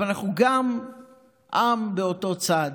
אבל אנחנו גם עם באותו צד,